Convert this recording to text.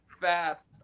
fast